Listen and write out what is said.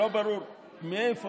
לא ברור מאיפה,